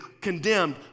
condemned